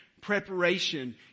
preparation